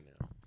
now